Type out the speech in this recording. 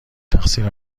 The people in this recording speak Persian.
تقصیر